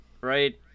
right